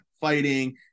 fighting